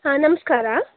ಹಾಂ ನಮಸ್ಕಾರ